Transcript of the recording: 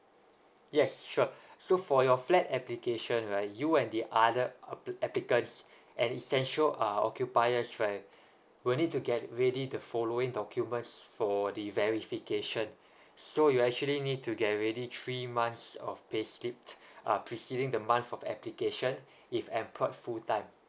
yes sure so for your flat application right you and the other appli~ applicants and essential uh occupiers right will need to get ready the following documents for the verification so you actually need to get ready three months of pay slip uh preceding the month of application if employed full time